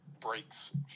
breaks